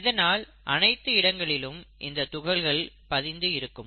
இதனால் அனைத்து இடங்களிலும் இந்த துகள்கள் பதிந்து இருக்கும்